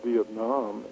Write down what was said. Vietnam